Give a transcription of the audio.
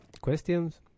questions